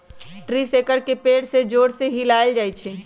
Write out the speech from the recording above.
tree shaker से पेड़ के जोर से हिलाएल जाई छई